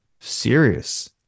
serious